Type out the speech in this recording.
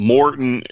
Morton